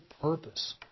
purpose